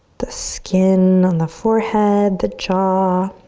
the skin on the forehead, the jaw,